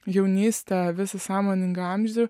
jaunystę visą sąmoningą amžių